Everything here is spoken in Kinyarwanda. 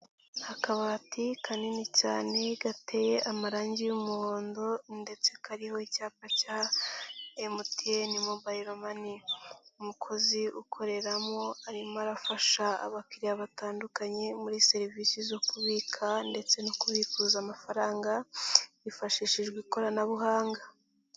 Akabati kanini cyane gateye amarangi y'umuhondo ndetse kariho icyapa cya MTN Mobile Money. Umukozi ukoreramo arimo arafasha abakiriya batandukanye muri serivisi zo kubika ndetse no kubikuza amafaranga, hifashishijwe ikoranabuhanga.